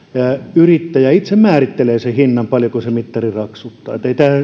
yrittäjä itse määrittelee sen hinnan paljonko se mittari raksuttaa ei